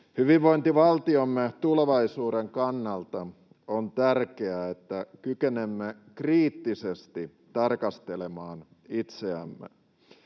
Hyvinvointivaltiomme tulevaisuuden kannalta on tärkeää, että kykenemme kriittisesti tarkastelemaan itseämme.